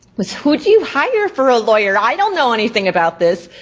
was who do you hire for a lawyer? i don't know anything about this.